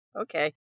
okay